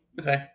Okay